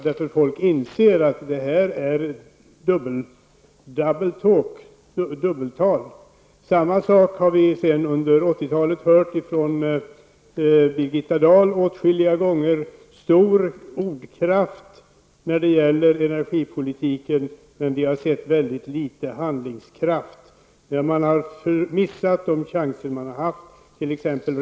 Människor inser att detta är double talk, ''dubbelt tal''. Samma sak har vi under 1980-talet hört från Birgitta Dahl. Hon har åtskilliga gånger visat stor ordkraft när det gäller energipolitiken, men vi har sett mycket litet handlingskraft. Regeringen har missat de chanser den haft.